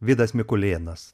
vidas mikulėnas